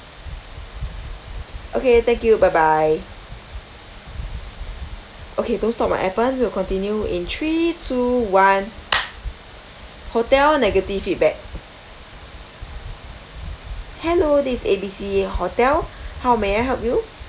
okay thank you bye bye okay don't stop my appen we'll continue in three two one hotel negative feedback hello this A B C hotel how may I help you